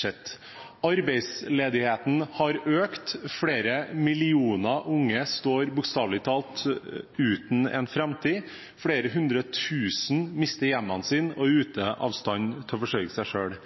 sett. Arbeidsledigheten har økt, flere millioner unge står bokstavelig talt uten en framtid, flere hundretusen mister hjemmene sine og er ute av stand til å forsørge seg